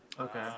Okay